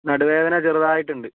നടുവേദന ചെറുതായിട്ടുണ്ട്